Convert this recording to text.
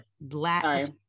black